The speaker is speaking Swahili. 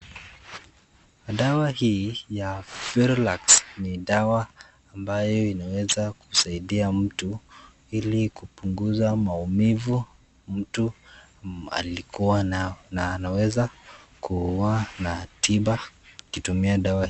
Dawa hii ya ferolacks ni dawa ambayo inaweza kusaidia mtu ili kupunguza maumivu mtu alikuwa nao. Na anaweza kuwa na tiba ukitumia dawa hii.